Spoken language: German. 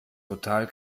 total